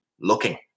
looking